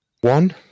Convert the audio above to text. One